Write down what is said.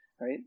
Right